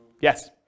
Yes